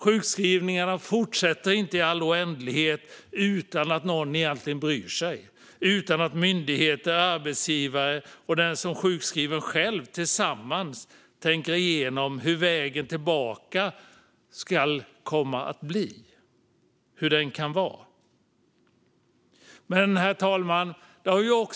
Sjukskrivningen fortsätter inte i all oändlighet utan att någon egentligen bryr sig, utan att myndigheter, arbetsgivare och den som är sjukskriven tillsammans tänker igenom hur vägen tillbaka ska komma att bli och hur den kan vara. Herr talman!